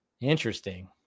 Interesting